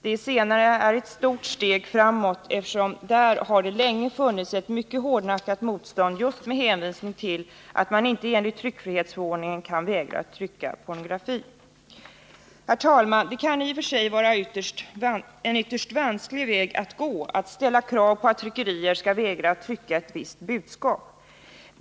Det senare är ett stort steg framåt, eftersom det där länge har funnits ett mycket hårdnackat motstånd just med hänvisning till att man enligt tryckfrihetsförordningen inte kan vägra att trycka pornografi. Det kan i och för sig vara en ytterst vansklig väg att gå att ställa krav på att tryckerier skall vägra trycka ett visst budskap.